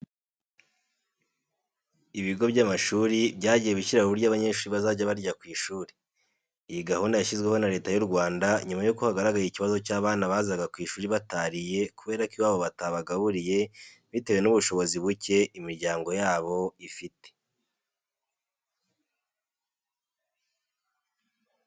Ibigo by'amashuri byagiye bishyiraho uburyo abanyeshuri bazajya barya ku ishuri. Iyi gahunda yashyizweho na Leta y'u Rwanda nyuma yuko hagaragaye ikibazo cy'abana bazaga ku ishuri batariye kubera ko iwabo batabagaburiye bitewe n'ubushobozi buke imiryango yabo ifite.